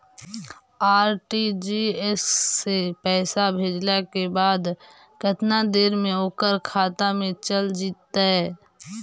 RTGS से पैसा भेजला के बाद केतना देर मे ओकर खाता मे चल जितै?